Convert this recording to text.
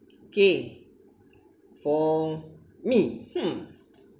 okay for me hmm